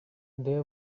they